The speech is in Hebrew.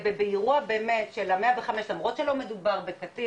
באירוע מאוד באמת של ה-105 למרות שלא מדובר בקטין